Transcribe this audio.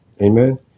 amen